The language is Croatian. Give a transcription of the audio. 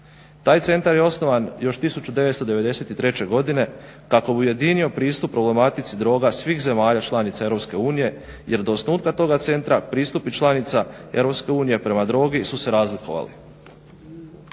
Taj centar je osnovan još 1993. godine kako ujedinio pristup problematici droga svih zemalja članica EU jer do osnutka toga centra pristupi članica EU prema drogi su se razlikovali.